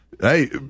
Hey